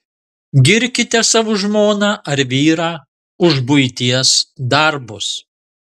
girkite savo žmoną ar vyrą už buities darbus